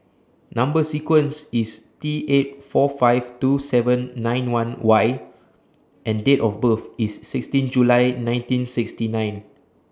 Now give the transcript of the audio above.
Number sequence IS T eight four five two seven nine one Y and Date of birth IS sixteen July nineteen sixty nine